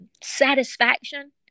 satisfaction